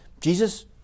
Jesus